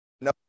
No